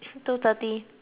two thirty